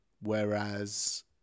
Whereas